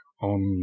on